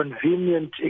convenient